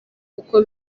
uko